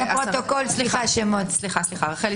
שתי